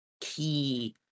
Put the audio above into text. key